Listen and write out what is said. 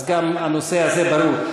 אז גם הנושא הזה ברור.